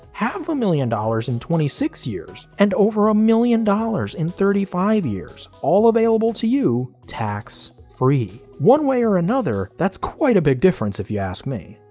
half a million dollars in twenty six years, and over a million dollars in thirty five years, all available to you tax free! one way or the and other that's quite a big difference if you ask me!